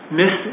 miss